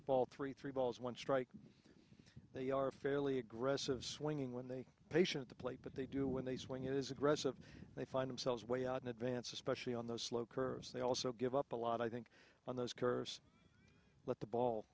ball three three balls one strike they are fairly aggressive swinging when they patient the plate but they do when they swing it is aggressive they find themselves way out in advance especially on those slow curves they also give up a lot i think on those curves let the ball